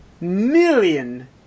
million